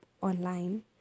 online